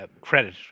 credit